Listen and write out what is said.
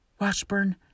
Washburn